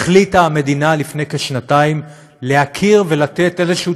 החליטה המדינה לפני כשנתיים להכיר ולתת איזשהו